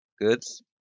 goods